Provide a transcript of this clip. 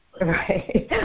Right